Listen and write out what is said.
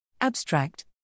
ABSTRACT